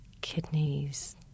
Kidneys